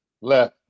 Left